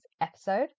episode